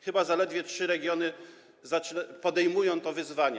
Chyba zaledwie trzy regiony podejmują to wyzwanie.